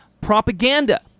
propaganda